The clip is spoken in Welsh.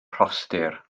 rhostir